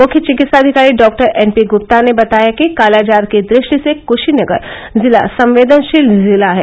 मुख्य चिकित्साधिकारी डॉ एन पी ग्प्ता ने बताया कि कालाजार की दृष्टि से क्शीनगर जिला संवेदनशील जिला है